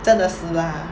真的死 lah